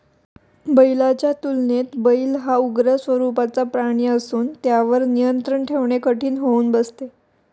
बैलाच्या तुलनेत बैल हा उग्र स्वरूपाचा प्राणी असून त्यावर नियंत्रण ठेवणे कठीण होऊन बसते